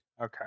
Okay